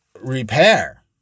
repair